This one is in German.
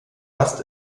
rast